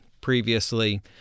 previously